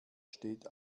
steht